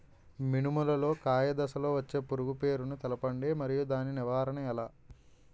మినుము లో కాయ దశలో వచ్చే పురుగు పేరును తెలపండి? మరియు దాని నివారణ ఎలా?